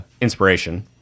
Inspiration